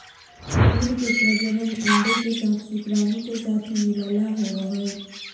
फूल के प्रजनन अंडे के साथ शुक्राणु के साथ मिलला होबो हइ